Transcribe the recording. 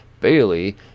Bailey